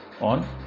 on